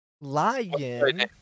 lion